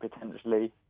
potentially